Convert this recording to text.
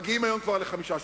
היום כבר מגיעים ל-5,